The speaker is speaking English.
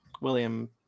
William